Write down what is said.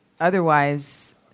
Otherwise